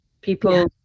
People